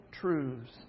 truths